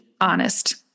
honest